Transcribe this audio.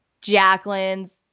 Jacqueline's